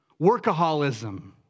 workaholism